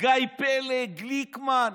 גיא פלג, גליקמן,